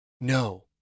No